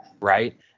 right